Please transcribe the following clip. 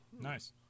Nice